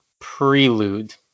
Prelude